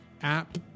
app